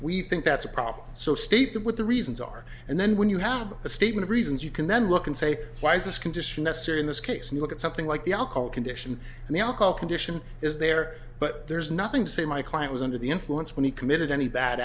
we think that's a problem so state them with the reasons are and then when you have the statement reasons you can then look and say why is this condition necessary in this case and look at something like the alcohol condition and the alcohol condition is there but there's nothing to say my client was under the influence when he committed any bad